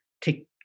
take